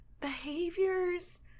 behaviors